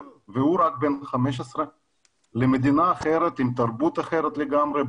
והוא רק בן 15 למדינה אחרת עם תרבות אחרת לגמרי,